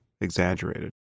exaggerated